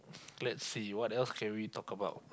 lets see what else can we talk about